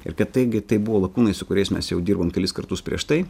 ir kad taigi tai buvo lakūnai su kuriais mes jau dirbom kelis kartus prieš tai